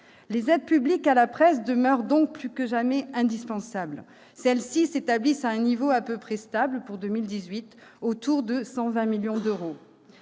Les aides publiques à la presse demeurent donc plus que jamais indispensables. Celles-ci s'établissent à un niveau à peu près stable pour 2018, autour de 120 millions d'euros.